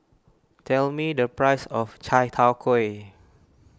tell me the price of Chai Tow Kuay